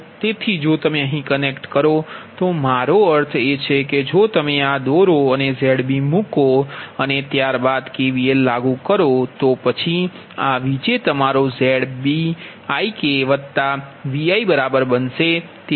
તેથી જો તમે અહીં કનેક્ટ કરો તો મારો અર્થ એ છે કે જો તમે આ દોરો અને Zb મૂકો અને ત્યાર બાદ KVL લાગુ કરો તો પછી આ Vj તમારો ZbIkVi બરાબર બનશે